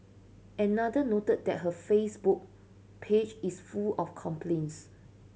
another noted that her Facebook page is full of complaints